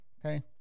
Okay